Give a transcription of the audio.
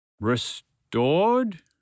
Restored